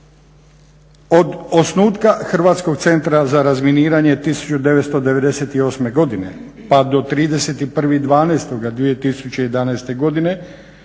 Od osnutka Hrvatskog centra za razminiranje 1998. godine pa do 31.12.2011. godine